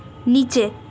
নিচে